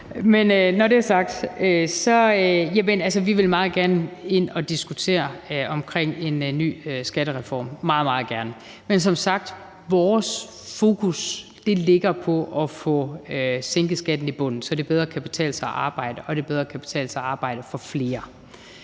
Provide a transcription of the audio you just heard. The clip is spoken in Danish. at vi meget gerne vil ind at diskutere en ny skattereform, meget gerne. Men som sagt ligger vores fokus på at få sænket skatten i bunden, så det bedre kan betale sig at arbejde og det bedre kan betale sig at arbejde for flere.